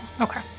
Okay